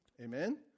Amen